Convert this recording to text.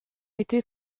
été